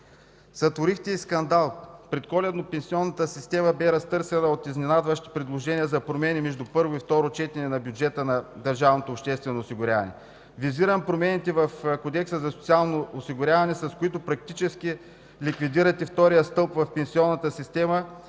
Сътворихте и скандал – предколедно пенсионната система бе разтърсена от изненадващи предложения за промени между първо и второ четене на бюджета на държавното обществено осигуряване. Визирам промените в Кодекса за социално осигуряване, с които практически ликвидирате втория стълб в пенсионната система